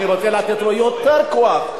אני רוצה לתת לו יותר כוח,